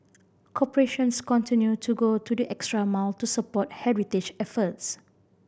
corporations continued to go the extra mile to support heritage efforts